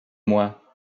moi